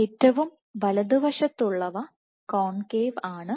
ഏറ്റവും വലതുവശത്തുള്ളവ കോൺകേവ് ആണ്